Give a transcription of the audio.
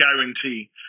guarantee